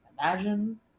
imagine